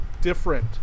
different